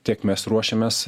tiek mes ruošiamės